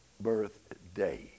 birthday